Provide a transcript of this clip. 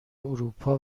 اروپا